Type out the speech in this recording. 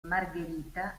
margherita